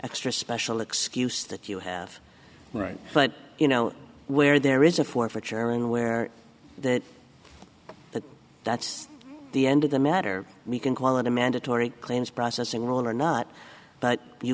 extra special excuse that you have right but you know where there is a forfeiture and where that that that's the end of the matter we can call it a mandatory claims processing or not but you